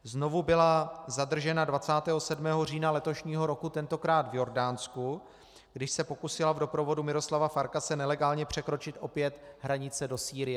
Znovu byla zadržena 27. října letošního roku, tentokrát v Jordánsku, když se pokusila v doprovodu Miroslava Farkase nelegálně překročit opět hranice do Sýrie.